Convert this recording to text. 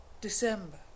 December